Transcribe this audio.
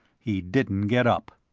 he didn't get up.